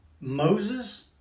Moses